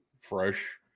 fresh